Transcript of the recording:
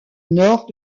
nord